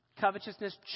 covetousness